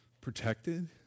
protected